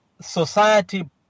society